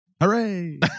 Hooray